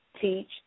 teach